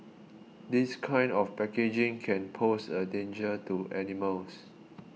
this kind of packaging can pose a danger to animals